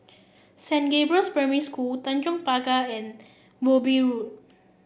Saint Gabriel's Primary School Tanjong Pagar and Wilby Road